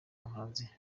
muhanzi